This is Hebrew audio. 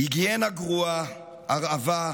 היגיינה גרועה, הרעבה,